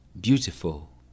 Beautiful